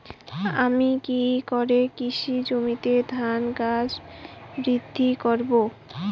আমি কী করে কৃষি জমিতে ধান গাছ বৃদ্ধি করব?